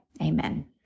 Amen